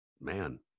man